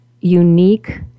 unique